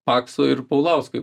pakso ir paulausko